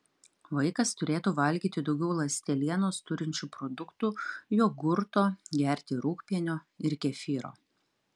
vaikas turėtų valgyti daugiau ląstelienos turinčių produktų jogurto gerti rūgpienio ir kefyro